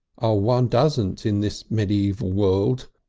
one doesn't in this medevial world.